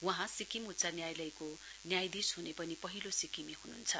वहाँसिक्किम उच्च न्यायालयको न्यायाधीश हुने पनि पहिलो सिक्किमे हुनुहुन्छ